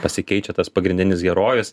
pasikeičia tas pagrindinis herojus